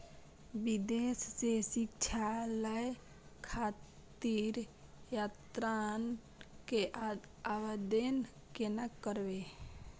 विदेश से शिक्षा लय खातिर ऋण के आवदेन केना करबे?